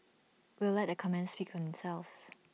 we'll let the comments speak themselves